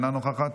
אינה נוכחת,